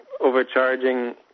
overcharging